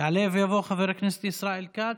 יעלה ויבוא חבר הכנסת ישראל כץ,